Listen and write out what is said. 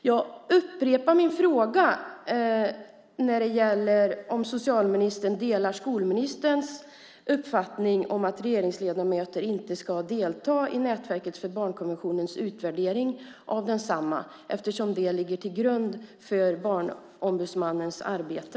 Jag upprepar min fråga när det gäller om socialministern delar utbildningsministerns uppfattning att regeringsledamöter inte ska delta i nätverket för barnkonventionens utvärdering av densamma eftersom det ligger till grund för Barnombudsmannens arbete.